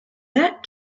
that